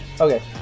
okay